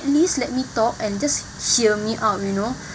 at least let me talk and just hear me out you know